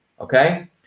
okay